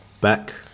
Back